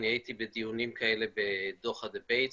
אני הייתי בדיונים כאלה בדוחא דיבייטס,